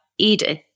Edith